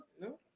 no